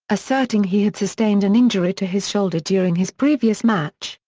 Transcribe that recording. asserting he had sustained an injury to his shoulder during his previous match,